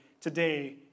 today